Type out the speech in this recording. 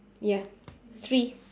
ya three